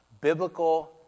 biblical